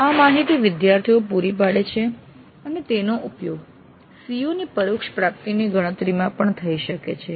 આ માહિતી વિદ્યાર્થીઓ પૂરી પાડે છે અને તેનો ઉપયોગ CO ની પરોક્ષ પ્રાપ્તિની ગણતરીમાં પણ થઈ શકે છે